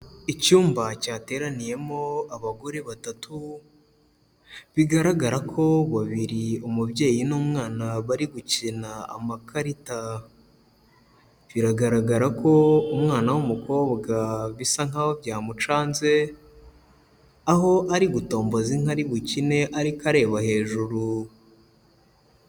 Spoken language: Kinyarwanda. Icyumba cyateraniyemo abagore batatu, bigaragara ko babiri umubyeyi n'umwana bari gukina amakarita. Biragaragara ko umwana w'umukobwa bisa nkaho byamucanze, aho ari gutomboza inka ari bukine ariko areba hejuru.